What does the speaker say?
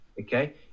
Okay